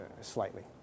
slightly